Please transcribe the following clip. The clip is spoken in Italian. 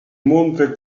monte